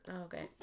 Okay